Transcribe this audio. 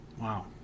Wow